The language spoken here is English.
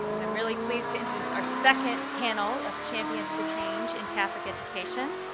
i am really pleased to introduce our second panel of champions for change in catholic education.